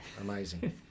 amazing